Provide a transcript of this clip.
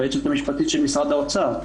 היועצת המשפטית של משרד האוצר.